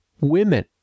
women